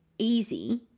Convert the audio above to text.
easy